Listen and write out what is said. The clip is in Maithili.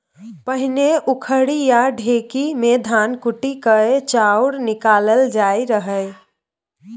पहिने उखरि या ढेकी मे धान कुटि कए चाउर निकालल जाइ रहय